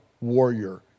warrior